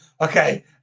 okay